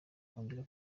kongera